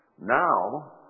Now